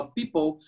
people